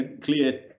clear